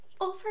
Over